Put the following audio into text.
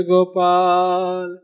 Gopal